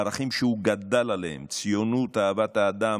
הערכים שהוא גדל עליהם, ציונות, אהבת אדם,